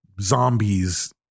Zombies